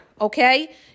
okay